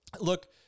Look